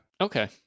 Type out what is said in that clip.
Okay